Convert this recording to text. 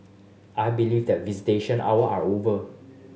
I believe that visitation hour are over